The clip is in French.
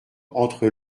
entre